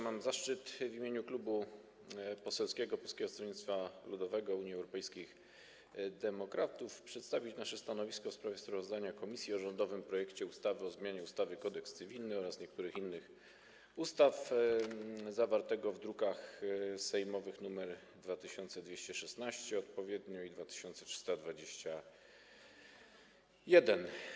Mam zaszczyt w imieniu Klubu Poselskiego Polskiego Stronnictwa Ludowego - Unii Europejskich Demokratów przedstawić nasze stanowisko w sprawie sprawozdania komisji o rządowym projekcie ustawy o zmianie ustawy Kodeks cywilny oraz niektórych innych ustaw, druki sejmowe odpowiednio nr 2216 i 2321.